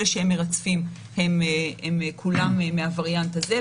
אלה שהם מרצפים הם כולם מהווריאנט הזה,